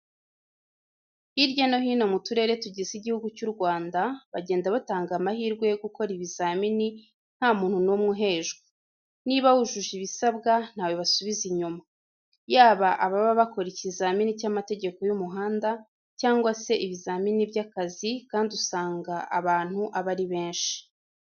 Hirya no hino mu turere tugize Igihugu cy'u Rwanda bagenda batanga amahirwe yo gukora ibizamini nta muntu n'umwe uhejwe. Niba wujuje ibisabwa ntawe basubiza inyuma. Yaba ababa bakora ikizamini cy'amategeko y'umuhanda cyangwa se ibizamini by'akazi kandi usanga abantu aba ari benshi.